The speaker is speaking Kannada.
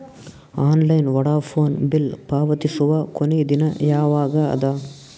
ಆನ್ಲೈನ್ ವೋಢಾಫೋನ ಬಿಲ್ ಪಾವತಿಸುವ ಕೊನಿ ದಿನ ಯವಾಗ ಅದ?